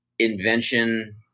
Invention